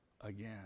again